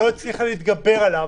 לא הצלחתם להתגבר עליו,